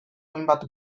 hainbat